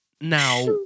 Now